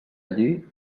lli